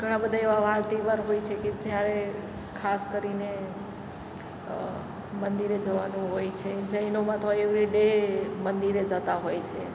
ઘણા બધા એવા વાર તહેવાર હોય છે કે જ્યારે ખાસ કરીને મંદિરે જવાનું હોય છે જૈનોમાં તો એવરીડે મંદિરે જતાં હોય છે